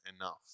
enough